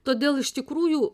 todėl iš tikrųjų